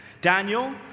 Daniel